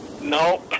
no